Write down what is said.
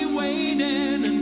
waiting